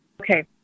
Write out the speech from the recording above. Okay